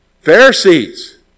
Pharisees